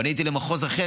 פניתי למחוז אחר,